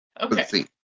Okay